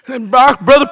Brother